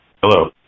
Hello